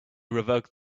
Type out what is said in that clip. provoked